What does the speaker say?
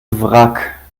wrack